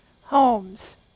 homes